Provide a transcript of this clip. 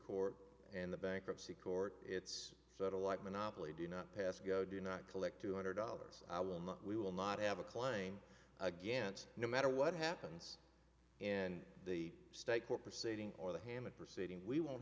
court and the bankruptcy court it's sort of like monopoly do not pass go do not collect two hundred dollars i will not we will not have a claim against no matter what happens in the state court proceeding or the hammock proceeding we won't